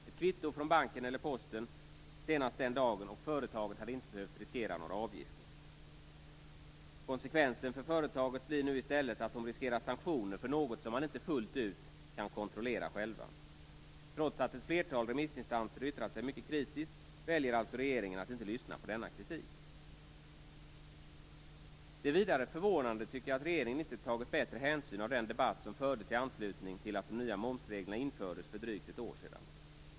Ett kvitto från banken eller posten, senast den dagen, och företaget hade inte behövt att riskera några avgifter. Konsekvensen för företaget blir nu i stället att man riskerar sanktioner för något som man själv fullt ut inte kan kontrollera. Trots att ett flertal remissinstanser yttrat sig mycket kritiskt väljer alltså regeringen att inte lyssna på denna kritik. Det är vidare förvånande att regeringen inte tagit större hänsyn till den debatt som fördes i anslutning till att de nya momsreglerna infördes för drygt ett år sedan.